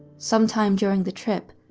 some time during the trip,